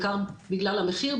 בעיקר בגלל המחיר,